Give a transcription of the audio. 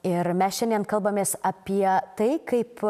ir mes šiandien kalbamės apie tai kaip